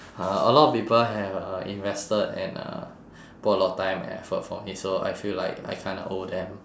!huh! a lot people have uh invested and uh put a lot of time and effort for me so I feel like I kind of owe them